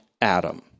Adam